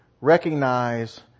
recognize